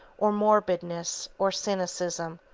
or morbidness, or cynicism,